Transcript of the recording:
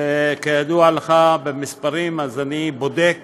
כידוע לך, מספרים אני בודק